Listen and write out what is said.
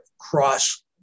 cross